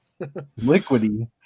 Liquidy